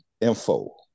Info